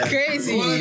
Crazy